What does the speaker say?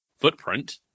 footprint